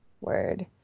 word